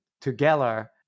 together